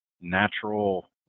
natural